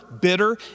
bitter